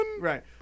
right